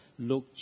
look